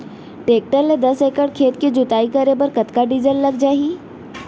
Tractor ले दस एकड़ खेत के जुताई करे बर कतका डीजल लग जाही?